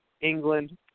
England